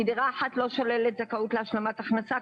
כי דירה אחת לא שוללת זכאות להשלמת הכנסה,